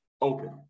open